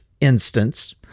instance